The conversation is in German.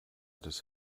des